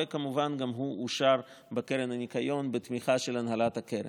וכמובן גם הוא אושר בקרן הניקיון בתמיכה של הנהלת הקרן.